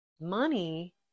money